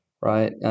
right